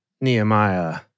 Nehemiah